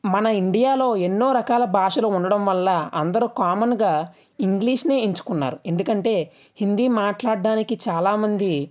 మన ఇండియాలో ఎన్నో రకాల భాషలు ఉండడం వల్ల అందరూ కామన్గా ఇంగ్లీష్ని ఎంచుకున్నారు ఎందుకంటే హిందీ మాట్లాడడానికి చాలా మంది